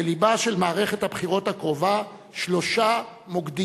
בלבה של מערכת הבחירות הקרובה שלושה מוקדים: